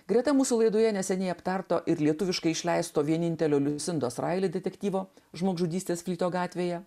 greta mūsų laidoje neseniai aptarto ir lietuviškai išleisto vieninteliu liusindos raili detektyvo žmogžudystės plito gatvėje